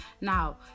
now